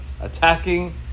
attacking